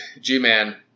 G-Man